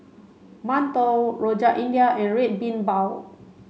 Mantou Rojak India and Red Bean Bao